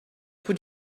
would